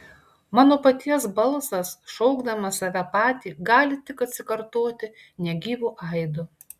mano paties balsas šaukdamas save patį gali tik atsikartoti negyvu aidu